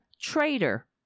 traitor